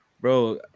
bro